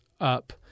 up